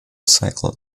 cycle